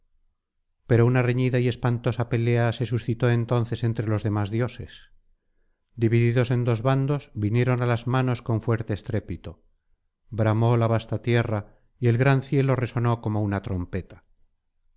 pero una reñida y espantosa pelea se suscitó entonces entre los demas dioses divididos en dos bandos vinieron á las manos con fuerte estrépito bramó la vasta tierra y el gran cielo resonó como una trompeta